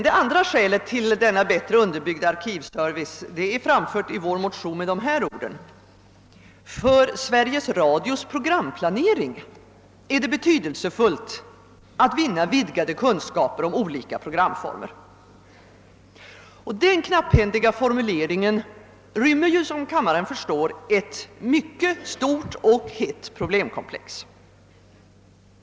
Det andra skälet för en bättre utbyggd arkivservice har framlagts i våra motioner med följande ord: »För Sveriges Radios programplanering är det betydelsefullt att vinna vidgade kunskaper om olika programformer.» Denna knapphändiga formulering rymmer, som kammarens ledamöter förstår, ett mycket stort och hett problemkomplex.